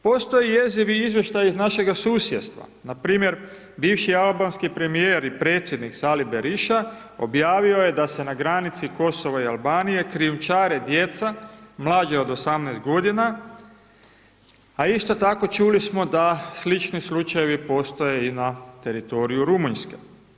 Postoji jezivi izvještaj iz našega susjedstva, npr. bivši albanski premijer i predsjednik Sali Berisha objavio je da se na granici Kosova i Albanije krijumčare djeca mlađa od 18 godina, a isto tako, čuli smo da slični slučajevi postoje i na teritoriju Rumunjske.